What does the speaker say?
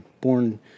Born